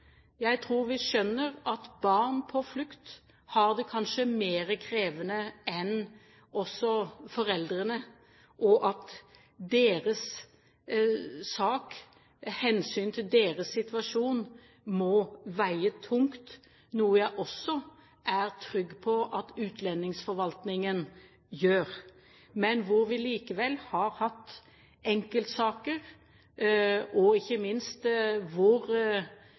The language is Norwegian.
Jeg tror vi skjønner at barn på flukt kanskje har det mer krevende enn foreldrene, og at deres sak og hensynet til deres situasjon må veie tungt, noe jeg også er trygg på at utlendingsforvaltningen gjør, men hvor vi likevel har hatt enkeltsaker – ikke minst